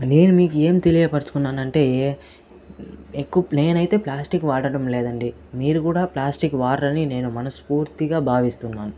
నేను మీకు ఏం తెలియపరచుకున్నాను అంటే ఎక్కువ నేనైతే ప్లాస్టిక్ వాడటం లేదండి మీరు కూడా ప్లాస్టిక్ వాడరని నేను మనస్ఫూర్తిగా భావిస్తున్నాను